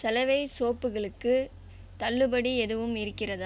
சலவை சோப்புகளுக்கு தள்ளுபடி எதுவும் இருக்கிறதா